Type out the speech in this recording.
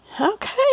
Okay